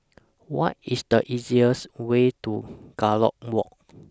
What IS The easiest Way to Gallop Walk